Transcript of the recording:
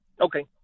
Okay